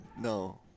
no